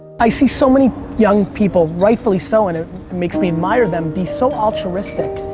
i see so many young people rightfully so, and makes me admire them, be so altruistic.